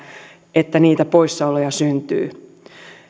että niitä poissaoloja syntyy